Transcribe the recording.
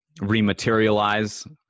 rematerialize